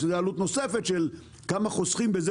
יש לזה עלות נוספת של כמה חוסכים בזה